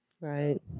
Right